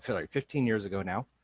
like fifteen years ago now,